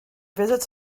visits